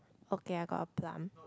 okay I got a plum